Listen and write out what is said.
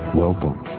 welcome